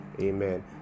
Amen